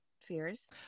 fears